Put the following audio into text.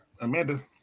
Amanda